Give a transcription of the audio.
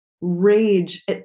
rage